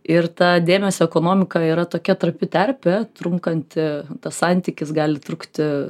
ir ta dėmesio ekonomika yra tokia trapi terpė trunkanti tas santykis gali trukti